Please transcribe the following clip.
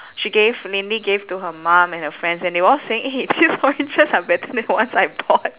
she gave lin lee gave to her mum and her friends and they were all saying eh these oranges are better than the ones I bought